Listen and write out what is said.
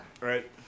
Right